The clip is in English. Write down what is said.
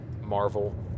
Marvel